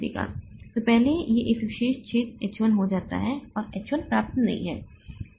तो पहले यह इस विशेष छेद H 1 हो जाता है और H 1 पर्याप्त नहीं है